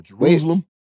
Jerusalem